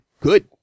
good